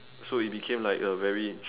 so it became like a very